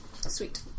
Sweet